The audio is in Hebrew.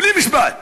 בלי משפט.